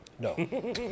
No